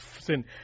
sin